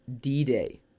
d-day